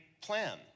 plan